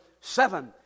seven